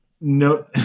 No